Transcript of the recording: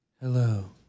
Hello